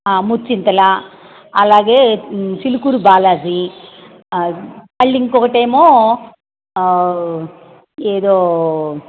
ముచ్చింతల అలాగే చిలుకూరి బాలాజీ మళ్ళింకొకటేమో ఏదో